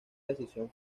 decisión